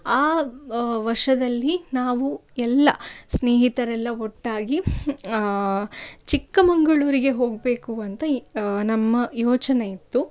ಆ ವರ್ಷದಲ್ಲಿ ನಾವು ಎಲ್ಲ ಸ್ನೇಹಿತರೆಲ್ಲ ಒಟ್ಟಾಗಿ ಚಿಕ್ಕಮಗಳೂರಿಗೆ ಹೋಗಬೇಕು ಅಂತ ಯ್ ನಮ್ಮ ಯೋಚನೆ ಇತ್ತು